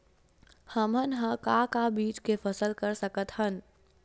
हमन ह का का बीज के फसल कर सकत हन?